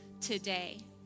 today